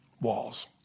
walls